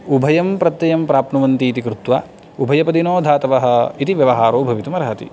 उभयं प्रत्ययं प्राप्नुवन्ति इति कृत्वा उभयपदिनोधातवः इति व्यवहारो भवितुम् अर्हति